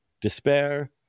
despair